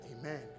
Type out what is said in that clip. Amen